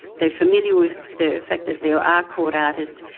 they're familiar with the fact that there are court artists,